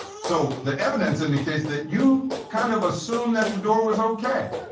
so, the evidence in the case that you kind of assumed that the door was okay.